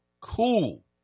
cool